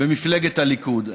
במפלגת הליכוד.